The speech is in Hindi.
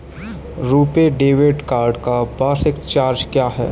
रुपे डेबिट कार्ड का वार्षिक चार्ज क्या है?